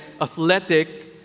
athletic